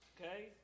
okay